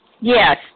Yes